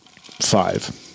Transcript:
five